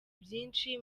byinshi